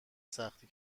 سختی